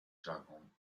jargon